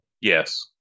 Yes